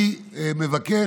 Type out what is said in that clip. מי מתנגד?